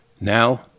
Now